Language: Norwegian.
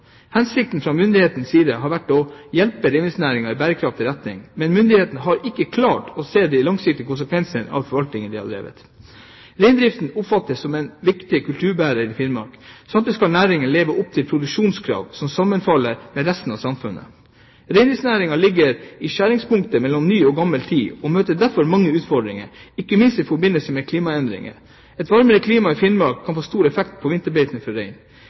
Hensikten fra myndighetenes side har nok vært å hjelpe reindriftsnæringa i bærekraftig retning, men myndighetene har ikke klart å se de langsiktige konsekvensene av forvaltningen Reindriften oppfattes som en viktig kulturbærer i Finnmark. Samtidig skal næringen leve opp til produksjonskrav som sammenfaller med resten av samfunnet. – Reindriftsnæringa ligger i skjæringspunktet mellom ny og gammel tid, og møter derfor mange utfordringer, ikke minst i forbindelse med klimaendringer. Et varmere klima i Finnmark kan få stor effekt på vinterbeitene